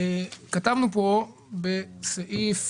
כתבנו פה בסעיף